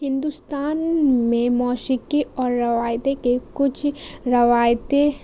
ہندوستان میں موسیقی اور روایتیں کے کچھ روایتیں